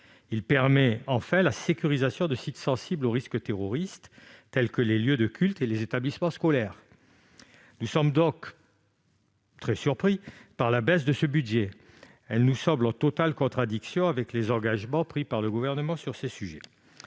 Il permet enfin la sécurisation de sites sensibles au risque terroriste, tels que les lieux de cultes et les établissements scolaires. Nous sommes très surpris par la baisse de ce budget, qui nous semble en totale contradiction avec les engagements pris par le Gouvernement sur ces sujets.